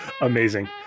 Amazing